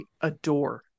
adore